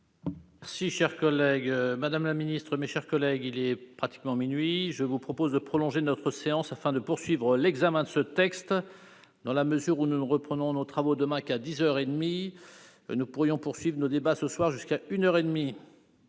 de cette habilitation. Madame la ministre, mes chers collègues, il est presque minuit. Je vous propose de prolonger notre séance, afin de poursuivre l'examen de ce texte. Dans la mesure où nous ne reprenons nos travaux demain qu'à dix heures et demie, nous pourrions poursuivre nos débats de ce soir jusqu'à une